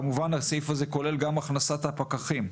וכמובן הסעיף הזה כולל גם הכנסת הפקחים.